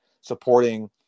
supporting